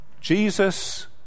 Jesus